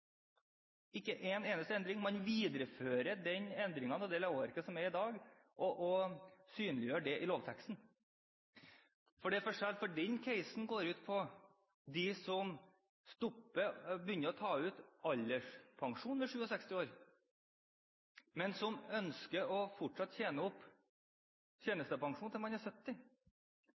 ikke en eneste endring. Man viderefører det lovverket som er i dag, og synliggjør det i lovteksten. Det er forskjell, for den case-en går på dem som slutter, og som begynner å ta ut alderspensjon når de er 67 år, men som ønsker å fortsette å tjene opp tjenestepensjon til de er 70.